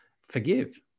forgive